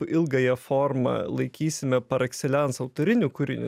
ilgąją formą laikysime par ekselans autoriniu kūriniu